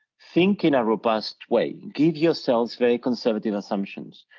think in a robust way, give yourselves very conservative assumptions.